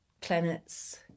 planets